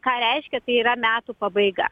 ką reiškia tai yra metų pabaiga